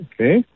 Okay